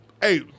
Hey